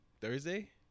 Thursday